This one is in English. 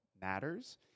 matters